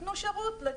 תנו שירות לציבור,